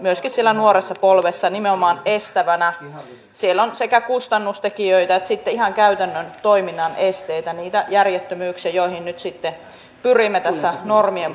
vieremän toimitilat oy joka on kunnan elinkeinoyhtiö on rakentanut ponssen ympärille yritysryppäitä jotka kaikki ovat kotimaisia eli vientiaste ja kotimaisuusaste ovat todella korkeita